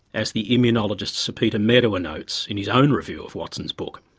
as the immunologist sir peter medawar notes in his own review of watson's book.